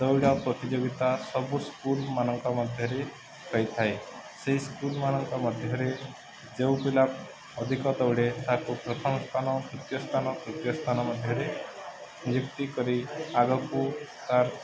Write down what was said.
ଦୌଡ଼ା ପ୍ରତିଯୋଗିତା ସବୁ ସ୍କୁଲମାନଙ୍କ ମଧ୍ୟରେ ହୋଇଥାଏ ସେଇ ସ୍କୁଲମାନଙ୍କ ମଧ୍ୟରେ ଯେଉଁ ପିଲା ଅଧିକ ଦୌଡ଼େ ତାକୁ ପ୍ରଥମ ସ୍ଥାନ ଦ୍ୱିତୀୟ ସ୍ଥାନ ତୃତୀୟ ସ୍ଥାନ ମଧ୍ୟରେ ନିଯୁକ୍ତି କରି ଆଗକୁ ତାର୍